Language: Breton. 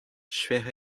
skuizh